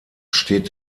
steht